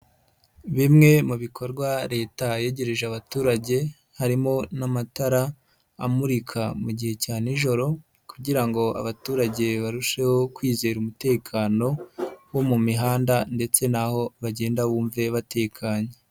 Bimwe mu bikorwa leta yegereje abaturage, harimo n'amatara, amurika mu gihe cya nijoro kugira ngo abaturage barusheho kwizera umutekano wo mu mihanda ndetse n'aho bagenda bumve batekanye.